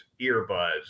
earbuds